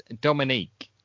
Dominique